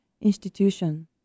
institution